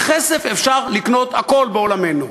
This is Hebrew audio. בכסף אפשר לקנות הכול בעולמנו.